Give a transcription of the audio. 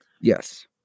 Yes